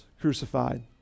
crucified